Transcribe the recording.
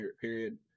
period